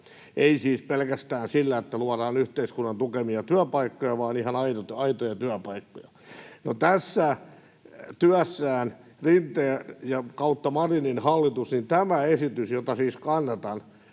ei siis pelkästään sillä, että luodaan yhteiskunnan tukemia työpaikkoja, vaan ihan aitoja työpaikkoja. No, Rinteen/Marinin hallituksen työssä tämä esitys, jota siis kannatan,